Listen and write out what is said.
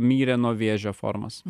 mirė nuo vėžio formos